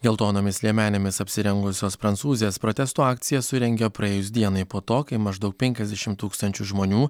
geltonomis liemenėmis apsirengusios prancūzės protesto akciją surengė praėjus dienai po to kai maždaug penkiasdešim tūkstančių žmonių